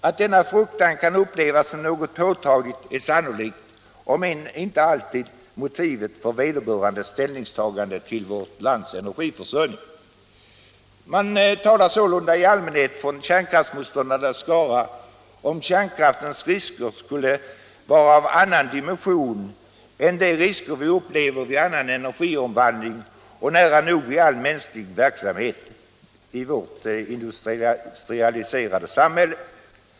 Att denna fruktan kan upplevas som något påtagligt är sannolikt, om än inte alltid motivet för vederbörandes ställningstagande till vårt lands energiförsörjning. Man talar sålunda i allmänhet från kärnkraftsmotståndarnas skara om att kärnkraftens risker skulle vara av annan dimension än de risker vi upplever vid annan energiomvandling och vid nära nog all mänsklig verksamhet i vårt industrialiserade samhälle.